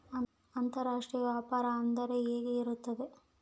ಅಂತರಾಷ್ಟ್ರೇಯ ವ್ಯಾಪಾರ ಅಂದರೆ ಹೆಂಗೆ ಇರುತ್ತದೆ?